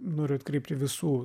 noriu atkreipti visų